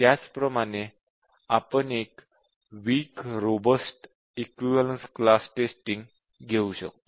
त्याचप्रमाणे आपण एक weak robust equivalence class testing घेऊ शकतो